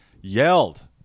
yelled